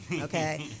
okay